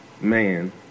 man